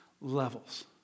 levels